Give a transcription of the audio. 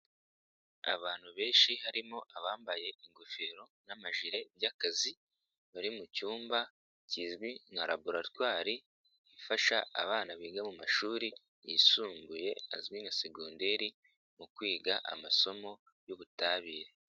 Abantu benshi harimo abambaye ingofero n'amajire by'akazi, bari mu cyumba kizwi nka raburatwari, ifasha abana biga mu mashuri yisumbuye azwi nka segonderi mu kwiga amasomo y'ubutabire.